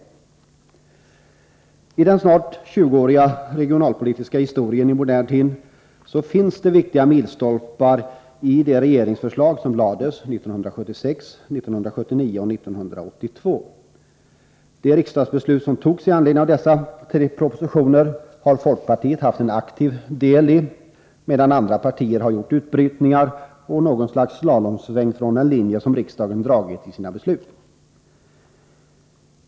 Beträffande den snart tjugoåriga regionalpolitiska historien i modern tid finns det viktiga milstolpar i de regeringsförslag som lades fram 1976, 1979 och 1982. De riksdagsbeslut som togs med anledning av dessa tre propositioner har folkpartiet haft en aktiv del i, medan andra partier har gjort utbrytningar och något slags Slalomsvängar från den linje som riksdagen dragit upp i sina beslut.